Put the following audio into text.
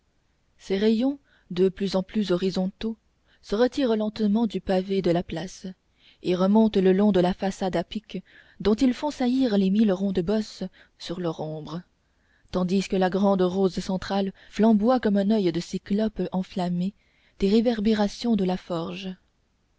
ses rayons de plus en plus horizontaux se retirent lentement du pavé de la place et remontent le long de la façade à pic dont ils font saillir les mille rondes bosses sur leur ombre tandis que la grande rose centrale flamboie comme un oeil de cyclope enflammé des réverbérations de la forge